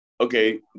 okay